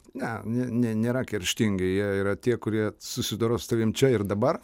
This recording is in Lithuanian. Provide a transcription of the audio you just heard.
ne nė nė nėra kerštingi jie yra tie kurie susidoros su tavim čia ir dabar